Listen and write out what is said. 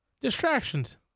Distractions